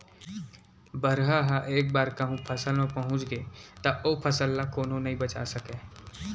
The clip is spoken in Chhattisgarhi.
बरहा ह एक बार कहूँ फसल म पहुंच गे त ओ फसल ल कोनो नइ बचा सकय